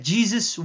Jesus